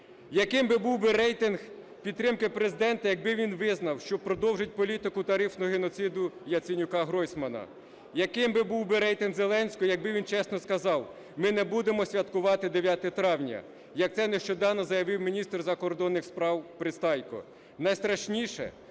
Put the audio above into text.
Яким би був би рейтинг підтримки Президента, якби він визнав, що продовжить політику тарифного геноциду Яценюка-Гройсмана? Яким би був би рейтинг Зеленського, якби він чесно сказав: "Ми не будемо святкувати 9 Травня", - як це нещодавно заявив міністр закордонних справ Пристайко?